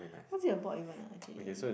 what is it about even ah actually